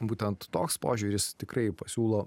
būtent toks požiūris tikrai pasiūlo